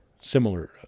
Similar